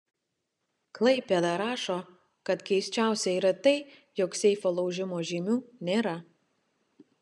klaipėda rašo kad keisčiausia yra tai jog seifo laužimo žymių nėra